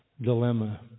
dilemma